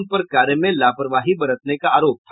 उन पर कार्य में लापरवाही बरतने का आरोप था